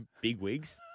bigwigs